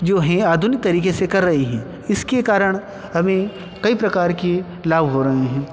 जो हैं आधुनिक तरीके से कर रहे हैं इसके कारण हमें कई प्रकार की लाभ हो रहे हैं